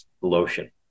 lotion